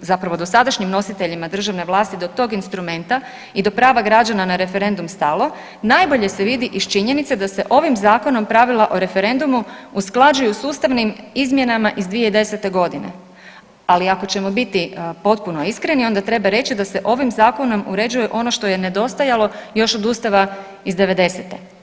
zapravo dosadašnjim nositeljima državne vlasti do tog instrumenta i do prava građana na referendum stalo najbolje se vidi iz činjenice da se ovim zakonom pravila o referendumu usklađuju sa ustavnim izmjenama iz 2010.g., ali ako ćemo biti potpuno iskreni onda treba reći da se ovim zakonom uređuje ono što je nedostajalo još iz Ustava '90.-te.